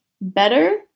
better